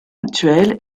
actuelle